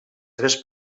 tres